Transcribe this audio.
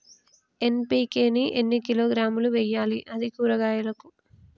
NPK ని ఎన్ని కిలోగ్రాములు వెయ్యాలి? అది కూరగాయలకు?